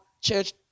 church